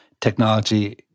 technology